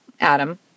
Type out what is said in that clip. Adam